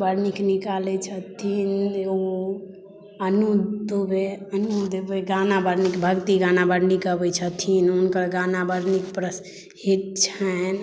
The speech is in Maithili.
बड़ नीक निकालै छथिन ओ अनु दुबे अनु दुबे गाना बड़ नीक भक्ति गाना बड़ नीक गबै छथिन हुनकर गाना बड़ प्रसिद्ध हिट छनि